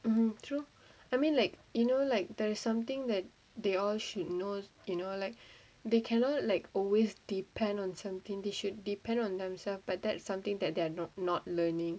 um true I mean like you know like there's something that they all should know you know like they cannot like always depend on something they should depend on themselves but that's something that they're not not learning